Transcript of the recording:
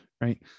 right